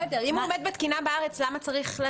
אם הוא עומד בתקינה בארץ, למה צריך?